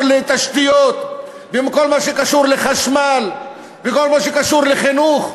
לתשתיות וכל מה שקשור לחשמל וכל מה שקשור לחינוך,